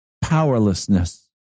powerlessness